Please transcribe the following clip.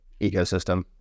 ecosystem